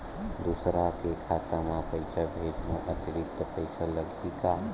दूसरा के खाता म पईसा भेजहूँ अतिरिक्त पईसा लगही का?